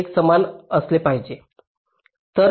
हे समान असले पाहिजे